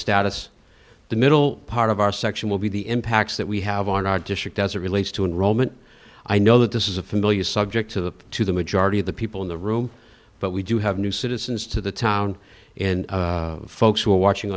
status the middle part of our section will be the impacts that we have on our district as it relates to enrollment i know that this is a familiar subject to the to the majority of the people in the room but we do have new citizens to the town and folks who are watching